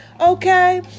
Okay